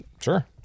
Sure